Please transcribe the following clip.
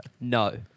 No